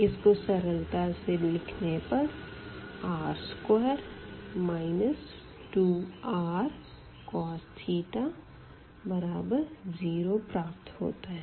इसको सरलता से लिखने पर r2 2rcos 0प्राप्त होता है